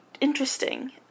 interesting